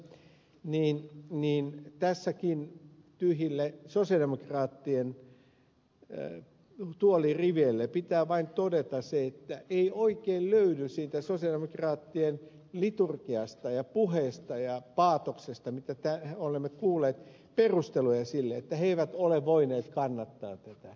valpas ja puhemies on pakko tässäkin tyhjille sosialidemokraattien tuoliriveille vain todeta se että ei oikein löydy siitä sosialidemokraattien liturgiasta ja puheesta ja paatoksesta jota täällä olemme kuulleet perusteluja sille että he eivät ole voineet kannattaa tätä ehdotusta